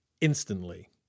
instantly